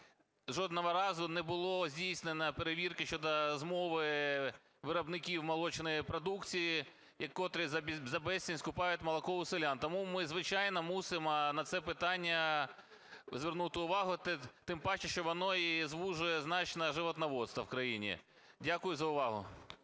жодного разу не була здійснена перевірка щодо змови виробників молочної продукції, котрі за безцінь скупають молоко у селян. Тому ми, звичайно, мусимо на це питання звернути увагу, тим паче, що воно і звужує значно живодноводство в країні. Дякую за увагу.